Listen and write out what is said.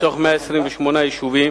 מתוך 128 יישובים,